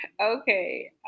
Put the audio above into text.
Okay